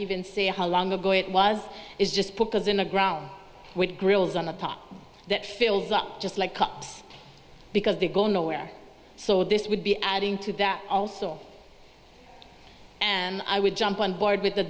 even see how long ago it was is just because in the ground with grills on the pot that fills up just like cups because they go nowhere so this would be adding to that also and i would jump on board with the